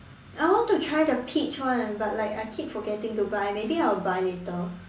I want to try the peach one but like I keep forgetting to buy maybe I'll buy later